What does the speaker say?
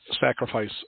sacrifice